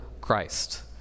Christ